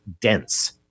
dense